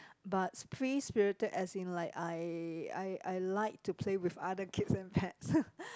but free spirited as in like I I I like to play with other kids and pets